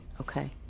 Okay